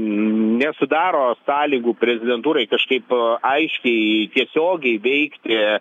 nesudaro sąlygų prezidentūrai kažkaip aiškiai tiesiogiai veikti